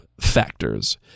factors